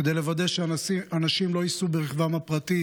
כדי לוודא שאנשים לא ייסעו ברכבם הפרטי